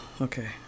Okay